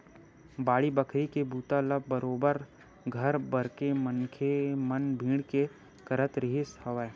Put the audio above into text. बाड़ी बखरी के बूता ल बरोबर घर भरके मनखे मन भीड़ के करत रिहिस हवय